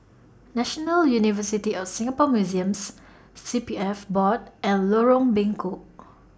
National University of Singapore Museums C P F Board and Lorong Bengkok